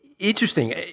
Interesting